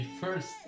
first